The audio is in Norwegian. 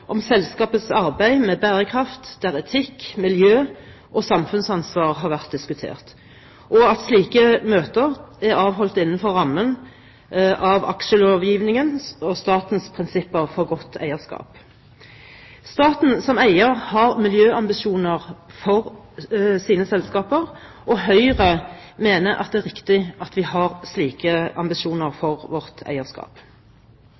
om selskapets arbeid med bærekraft, der etikk, miljø og samfunnsansvar har vært diskutert, og at slike møter er avholdt innenfor rammen av aksjelovgivningen og statens prinsipper for godt eierskap. Staten som eier har miljøambisjoner for sine selskaper, og Høyre mener det er riktig at vi har slike ambisjoner